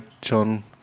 John